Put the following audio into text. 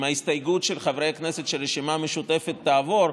ההסתייגות של חברי הכנסת של הרשימה המשותפת תעבור,